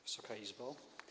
Wysoka Izbo!